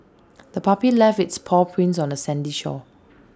the puppy left its paw prints on the sandy shore